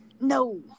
No